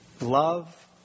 Love